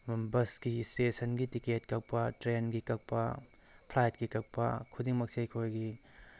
ꯕꯁꯀꯤ ꯏꯁꯇꯦꯁꯟꯒꯤ ꯇꯤꯛꯀꯦꯠ ꯀꯛꯄ ꯇ꯭ꯔꯦꯟꯒꯤ ꯀꯥꯛꯞ ꯐ꯭ꯂꯥꯏꯠꯀꯤ ꯀꯥꯛꯞ ꯈꯨꯗꯤꯡꯃꯛꯁꯦ ꯑꯩꯈꯣꯏꯒꯤ